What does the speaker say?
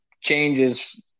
changes